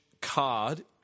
card